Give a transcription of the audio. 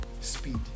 speed